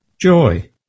joy